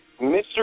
Mr